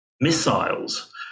missiles